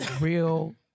real